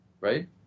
right